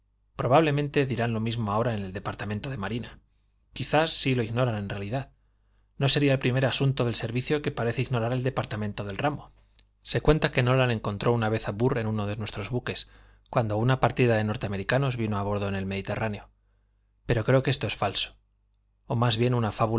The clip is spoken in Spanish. probablemente dirán lo mismo ahora en el departamento de marina quizá si lo ignoran en realidad no sería el primer asunto del servicio que parece ignorar el departamento del ramo se cuenta que nolan encontró una vez a burr en uno de nuestros buques cuando una partida de norteamericanos vino a bordo en el mediterráneo pero creo que esto es falso o más bien una